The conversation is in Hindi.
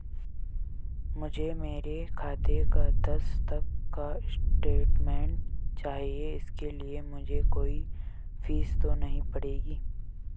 मुझे मेरे खाते का दस तक का स्टेटमेंट चाहिए इसके लिए मुझे कोई फीस तो नहीं पड़ेगी?